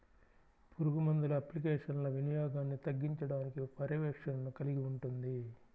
పురుగుమందుల అప్లికేషన్ల వినియోగాన్ని తగ్గించడానికి పర్యవేక్షణను కలిగి ఉంటుంది